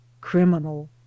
CRIMINAL